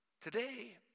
Today